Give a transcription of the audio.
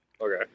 okay